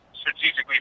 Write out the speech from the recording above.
strategically